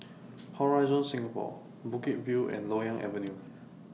Horizon Singapore Bukit View and Loyang Avenue